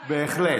בהחלט.